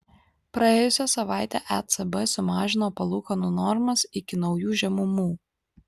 praėjusią savaitę ecb sumažino palūkanų normas iki naujų žemumų